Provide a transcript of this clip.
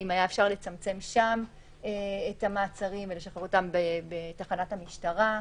האם היה אפשר לצמצם שם את המעצרים ולשחרר אותם בתחנת המשטרה?